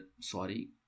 sorry